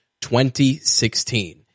2016